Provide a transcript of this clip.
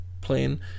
plane